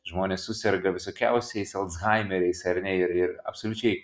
žmonės suserga visokiausiais alzhaimeris ar ne ir ir absoliučiai